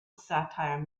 satire